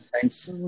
thanks